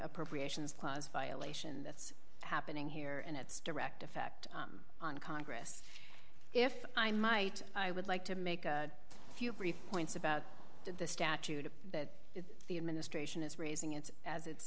appropriations clause violation that's happening here and its direct effect on congress if i might i would like to make a few brief points about the statute that the administration is raising its as it